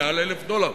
יותר מ-1,000 דולר.